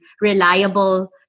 reliable